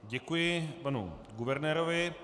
Děkuji panu guvernérovi.